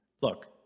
look